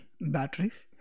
batteries